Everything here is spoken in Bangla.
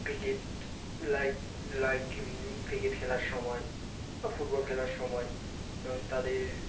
ক্রিকেট লাইক লাইক ক্রিকেট খেলার সময় বা ফুটবল খেলার সময় এবং তাদের